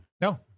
No